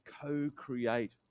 co-create